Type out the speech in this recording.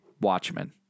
Watchmen